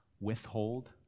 withhold